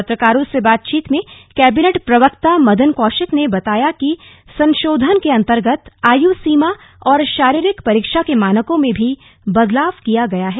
पत्रकारों से बातचीत में कैबिनेट प्रवक्ता मदन कौशिक ने बताया कि संसोधन के अन्तर्गत आयुसीमा और शारीरिक परीक्षा के मानकों में भी बदलाव किया गया है